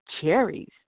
cherries